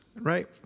right